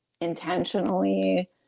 intentionally